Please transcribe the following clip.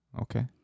Okay